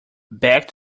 back